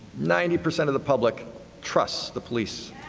ninety percent of the public trust the police.